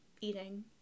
eating